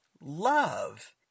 love